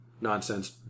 nonsense